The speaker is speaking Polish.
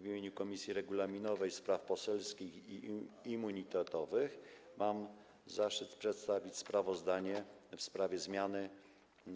W imieniu Komisji Regulaminowej, Spraw Poselskich i Immunitetowych mam zaszczyt przedstawić sprawozdanie w sprawie zmiany